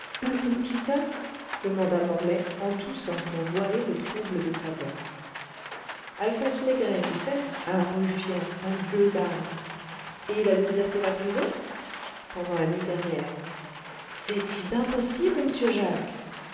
qui ça demanda morlaix en toussant pour voiler le trouble de sa voix alphonse maigret tu sais un ruffien un gueusard et il a déserté la prison pendant la nuit dernière c'est y ben possible m'sieur jacques